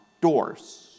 doors